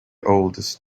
oldest